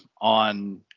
on